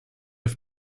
have